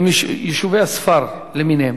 יישובי הספר למיניהם,